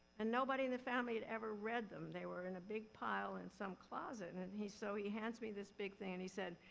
and nobody in the family had ever read them. they were in a big pile in some closet. and and so he hands me this big thing and he said,